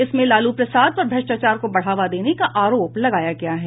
इसमें लालू प्रसाद पर भ्रष्टाचार को बढ़ावा देने का आरोप लगाया गया है